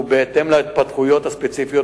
הוא נמצא במשרד המשפטים.